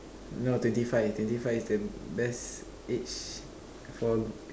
no twenty five twenty five is the best age for